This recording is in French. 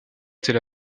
était